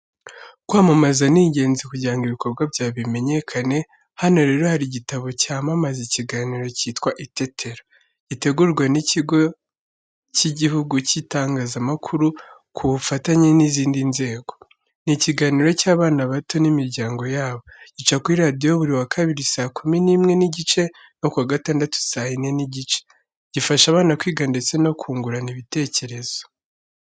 Kwamamaza ni ingenzi kugira ngo ibikorwa byawe bimenyekane, hano rero hari igitabo cyamamaza ikiganiro cyitwa "Itetero", gitegurwa n’ikigo cy’igihugu cy’itangazamakuru ku bufatanye n’izindi nzego. Ni ikiganiro cy’abana bato n’imiryango yabo. Gica kuri radiyo buri kuwa kabiri saa kumi n’imwe n’igice no kuwa gatandatu saa yine n’igice. Gifasha abana kwiga ndetse no kungurana ibitekerezo.